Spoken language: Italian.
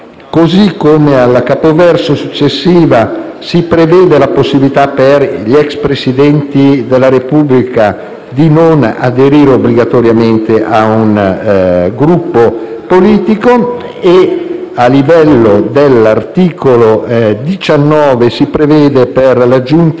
Gruppo. Al capoverso successivo si prevede la possibilità per gli *ex* Presidenti della Repubblica di non aderire obbligatoriamente a un Gruppo politico e, con l'inserimento dell'articolo 19, si prevede che la